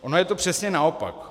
Ono je to přesně naopak.